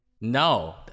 no